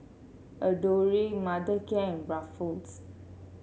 Adore Mothercare and Ruffles